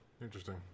Interesting